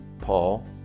Paul